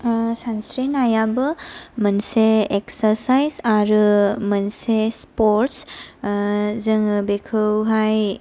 सानस्रिनायाबो मोनसे एक्सारसाइज आरो मोनसे स्पोर्टस जोंङो बेखौहाय